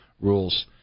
rules